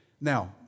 Now